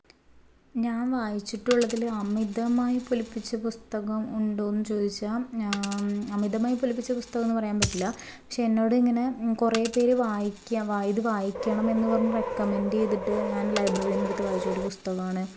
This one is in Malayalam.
ഞാന് വായിച്ചിട്ടുള്ളതില് അമിതമായി പൊലിപ്പിച്ച പുസ്തകം ഉണ്ടോ എന്ന് ചോദിച്ചാല് അമിതമായി പൊലിപ്പിച്ച പുസ്തകമെന്ന് പറയാന് പറ്റില്ല പക്ഷേ എന്നോടിങ്ങനെ കുറേ പേർ വായിക്ക ഇത് വായിക്കണമെന്ന് പറഞ്ഞ് റെക്കമെൻഡ് ചെയ്തിട്ട് ഞാന് ലൈബ്രറിയിൽ നിന്നെടുത്ത് വായിച്ചൊരു പുസ്തകമാണ്